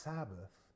Sabbath